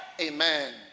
Amen